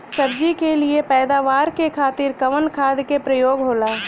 सब्जी के लिए पैदावार के खातिर कवन खाद के प्रयोग होला?